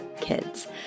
kids